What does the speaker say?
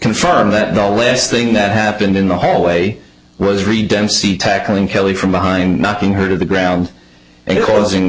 confirm that the last thing that happened in the hallway was really dempsey tackling kelly from behind knocking her to the ground and causing